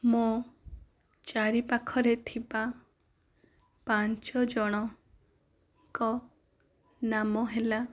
ମୋ' ଚାରିପାଖରେ ଥିବା ପାଞ୍ଚଜଣଙ୍କ ନାମ ହେଲା